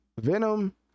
venom